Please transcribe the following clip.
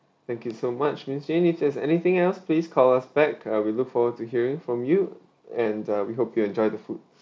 thank you so much miss jane if there's anything else please call us back uh we look forward to hearing from you and uh we hope you'll enjoy the food